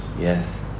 Yes